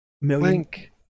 Link